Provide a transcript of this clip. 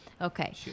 okay